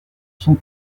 sont